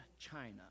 China